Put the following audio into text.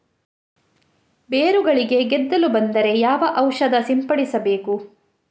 ಬೇರುಗಳಿಗೆ ಗೆದ್ದಲು ಬಂದರೆ ಯಾವ ಔಷಧ ಸಿಂಪಡಿಸಬೇಕು?